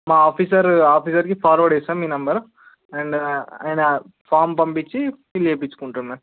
మా ఆఫీసర్ ఆఫీసర్కి ఫార్వడ్ చేస్తా మీ నెంబర్ అండ్ నేనా ఫార్మ్ పంపించి ఫిల్ చేపించుకుంటారు మ్యామ్